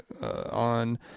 on